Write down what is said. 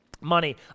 money